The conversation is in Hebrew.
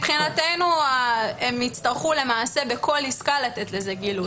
מבחינתנו הם יצטרכו בכל עסקה לתת לזה גילוי.